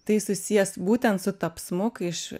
tai susijęs būtent su tapsmu iš